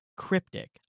cryptic